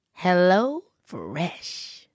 HelloFresh